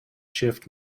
shift